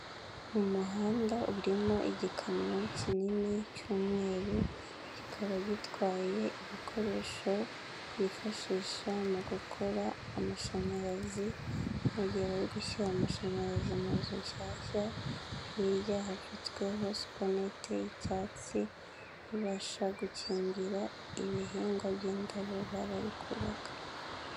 Ibi ni ibikorwa bya leta birimo kubaka imihanda ikomeye inyurwamo n'ibinyabiziga nka za hoho n'amabisi atwara abagenzi.